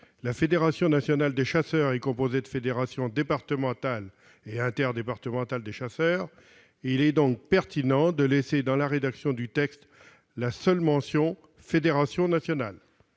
La Fédération nationale des chasseurs est composée des fédérations départementales et interdépartementales des chasseurs, et il est donc pertinent de ne mentionner dans le texte que la Fédération nationale